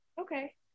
okay